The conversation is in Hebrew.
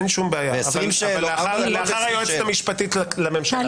אין שום בעיה, אבל לאחר היועצת המשפטית לממשלה.